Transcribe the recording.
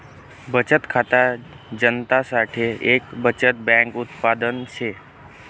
बचत खाता जनता साठे एक बचत बैंक उत्पादन शे